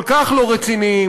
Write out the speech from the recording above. כל כך לא רציניים,